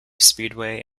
speedway